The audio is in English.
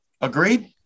Agreed